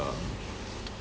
uh